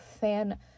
fan-